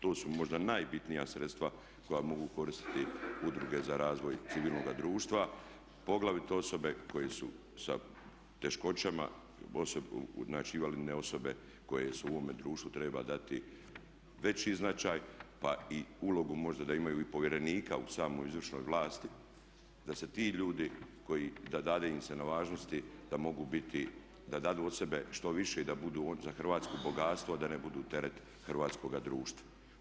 To su možda najbitnija sredstva koja mogu koristiti udruge za razvoj civilnoga društva poglavito osobe koje su sa teškoćama, znači invalidne osobe koje su u ovome društvu, treba dati veći značaj pa i ulogu možda da imaju i povjerenika u samoj izvršnoj vlasti da se ti ljudi, da dade im se na važnosti da mogu biti, da dadu od sebe štoviše i da budu za Hrvatsku bogatstvo, da ne budu terete hrvatskoga društva.